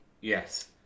Yes